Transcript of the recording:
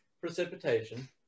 precipitation